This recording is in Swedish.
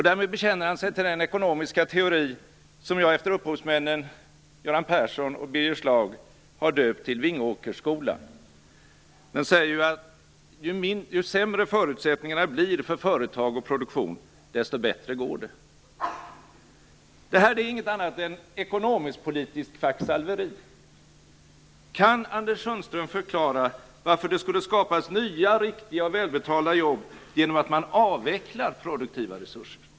Därmed bekänner han sig till den ekonomiska teori som jag efter upphovsmännen Göran Persson och Birger Schlaug har döpt till Vingåkersskolan. Den säger att ju sämre förutsättningarna blir för företag och produktion, desto bättre går det. Detta är inget annat än ekonomisk-politiskt kvacksalveri! Kan Anders Sundström förklara varför det skulle skapas nya riktiga och välbetalda jobb genom att man avvecklar produktiva resurser?